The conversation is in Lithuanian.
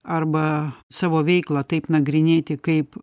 arba savo veiklą taip nagrinėti kaip